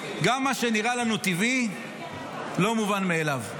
גם מה שנראה לנו טבעי לא מובן מאליו.